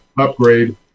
upgrade